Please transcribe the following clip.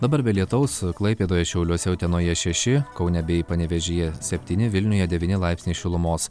dabar be lietaus klaipėdoje šiauliuose utenoješeši kaune bei panevėžyje septyni vilniuje devyni laipsniai šilumos